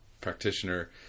practitioner